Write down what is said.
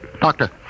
Doctor